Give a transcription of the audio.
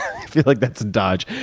i feel like that's a dodge.